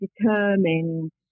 determined